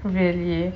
really